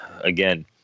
again